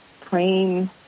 praying